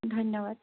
ধন্যবাদ